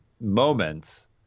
moments